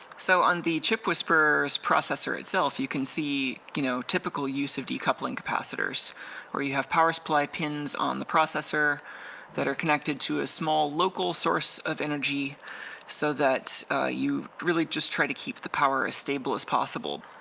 so on the chipwhisperer's processor itself you can see you know typical use of decoupling capacitors where you have power supply pins on the processor that are connected to a small local source of energy so that you really just try to keep the power as stable as possible.